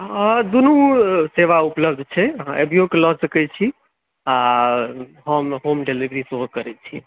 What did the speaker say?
हँ दुनू सेवा उपलब्ध छै अहाँ आबिओके लऽ सकैत छी आ हम होम डिलीवरी सेहो करैत छी